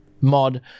mod